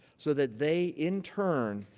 so that they, in turn,